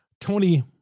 Tony